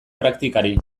praktikari